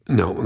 no